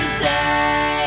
say